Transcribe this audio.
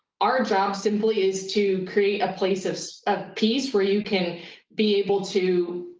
our job simply is to create a place of ah peace where you can be able to